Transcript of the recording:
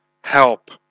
help